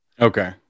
Okay